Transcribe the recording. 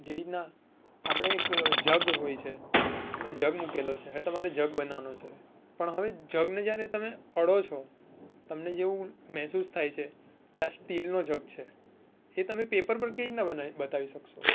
જેવી રીતના આપણે એક જગ હોય છે જગ મુકેલો છે હવે તમારે જગ બનાવવાનો છે પણ હવે જગને જ્યારે તમે અડો છો તમને જેવું મહેસૂસ થાય છે કે આ સ્ટીલનો જગ છે એ તમે પેપર પર કેવી રીતના બના બતાવી શકશો